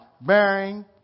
bearing